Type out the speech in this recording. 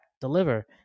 deliver